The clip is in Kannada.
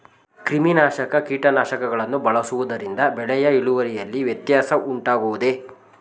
ಕ್ರಿಮಿನಾಶಕ ಕೀಟನಾಶಕಗಳನ್ನು ಬಳಸುವುದರಿಂದ ಬೆಳೆಯ ಇಳುವರಿಯಲ್ಲಿ ವ್ಯತ್ಯಾಸ ಉಂಟಾಗುವುದೇ?